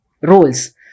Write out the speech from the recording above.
roles